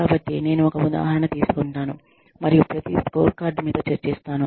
కాబట్టి నేను ఒక ఉదాహరణ తీసుకుంటాను మరియు ప్రతి స్కోర్కార్డ్ మీతో చర్చిస్తాను